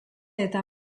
eta